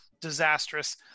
disastrous